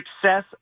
success